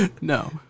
No